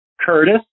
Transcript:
Curtis